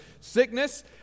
sickness